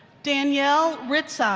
danielle ritzau,